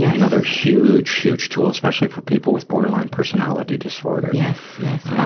yeah another huge, huge tool, especially for people with borderline personality disorder. yes, yes, ah